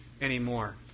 anymore